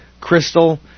crystal